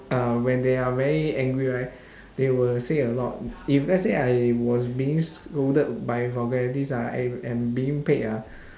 uh when they are very angry right they will say a lot if let's say I was being scolded by vulgarities ah I am being paid ah